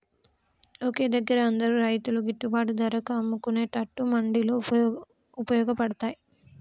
ఒకే దగ్గర అందరు రైతులు గిట్టుబాటు ధరకు అమ్ముకునేట్టు మండీలు వుపయోగ పడ్తాయ్